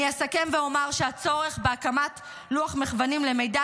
אני אסכם ואומר שהצורך בהקמת לוח מחוונים למידע